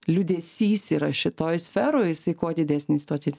liūdesys yra šitoj sferoj jisai kuo didesnį tuo